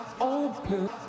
open